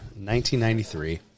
1993